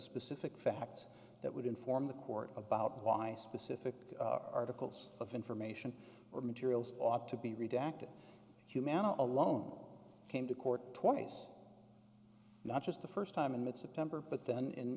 specific facts that would inform the court about why specific articles of information or materials ought to be redacted humanity alone came to court twice not just the first time in mid september but then in